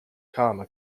karma